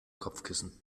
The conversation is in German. kopfkissen